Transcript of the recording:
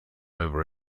over